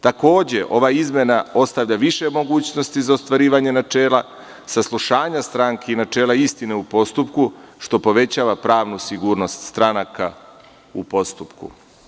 Takođe, ova izmena ostavlja više mogućnosti za ostvarivanje načela saslušanja stranki i načela istine u postupku, što povećava pravnu sigurnost stranaka u postupku.